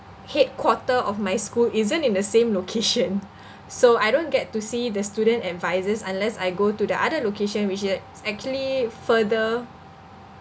headquarter of my school isn't in the same location so I don't get to see the student advisors unless I go to the other location which it is actually further